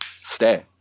stay